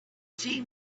see